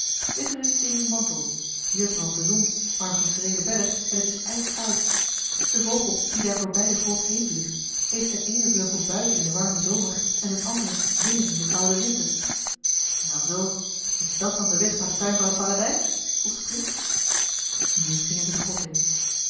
u in uw mantel hier brandt de zon maar nog een schrede verder en het is ijskoud de vogel die daar voorbij de grot heenvliegt heeft zijn eenen vleugel buiten in den warmen zomer en zijn anderen binnen in den kouden winter wel zoo is dat dan de weg naar den tuin van het paradijs vroeg de prins nu gingen zij de grot in